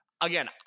Again